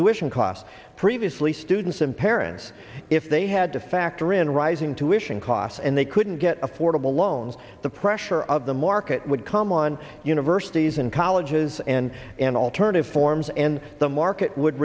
to ition costs previously students and parents if they had to factor in rising tuition costs and they couldn't get affordable loans the pressure of the market would come on universities and colleges and an alternative forms and the market would